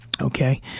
Okay